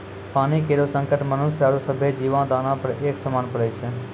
पानी केरो संकट मनुष्य आरो सभ्भे जीवो, दोनों पर एक समान पड़ै छै?